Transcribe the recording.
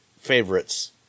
favorites